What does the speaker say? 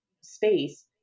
space